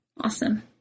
Awesome